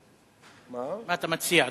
מה אתה מציע?